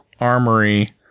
Armory